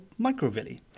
microvilli